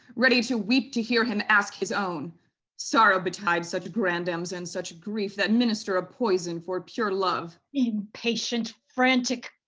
ready to weep to hear him ask his own sorrow betide such grandams and such grief, that minister a poison for pure love. impatient, frantic,